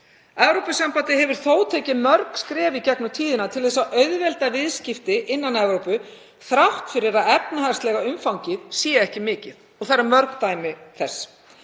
Evrópusambandið hefur þó tekið mörg skref í gegnum tíðina til þess að auðvelda viðskipti innan Evrópu, þrátt fyrir að efnahagslega umfangið sé ekki mikið og það eru mörg dæmi þess.